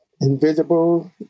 invisible